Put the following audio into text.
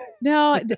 no